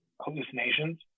hallucinations